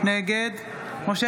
נגד משה